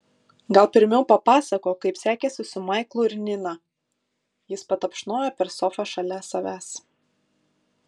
gal pirmiau papasakok kaip sekėsi su maiklu ir nina jis patapšnojo per sofą šalia savęs